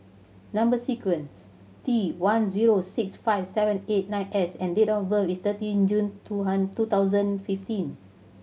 number sequences T one zero six five seven eight nine S and date of birth is thirty June two hundred two thousand fifteen